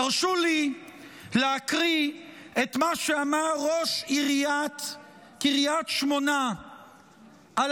תרשו לי להקריא את מה שאמר ראש עיריית קריית שמונה על